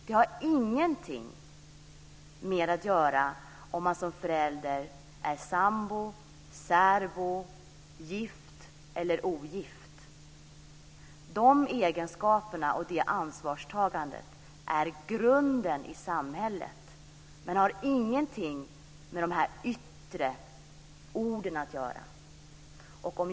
Det har ingenting att göra med om man som förälder är sambo, särbo, gift eller ogift. Egenskaperna och ansvarstagandet är grunden i samhället, men det har ingenting med dessa ord att göra.